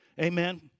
Amen